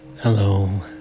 Hello